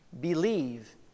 Believe